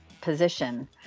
position